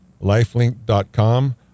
lifelink.com